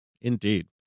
Indeed